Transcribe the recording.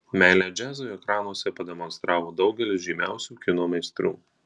meilę džiazui ekranuose pademonstravo daugelis žymiausių kino meistrų